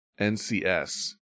NCS